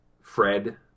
Fred